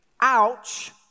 ouch